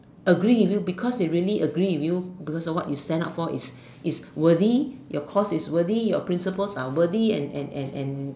agree with you because they really agree with you because what you stand up for you is is worthy your course is worth your principals are worthy and and and and